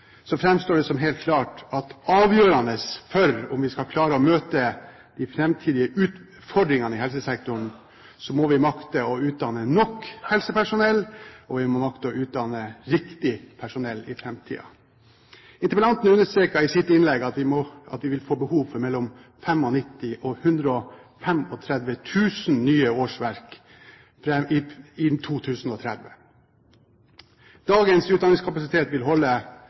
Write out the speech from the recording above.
så framstår det som helt klart at avgjørende for om vi skal klare å møte de framtidige utfordringene i helsesektoren, er at vi makter å utdanne nok helsepersonell og makter å utdanne riktig personell i framtiden. Interpellanten understreket i sitt innlegg at vi vil få behov for mellom 95 000 og 135 000 nye årsverk innen 2030. Dagens utdanningskapasitet vil holde